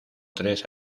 tres